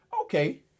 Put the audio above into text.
okay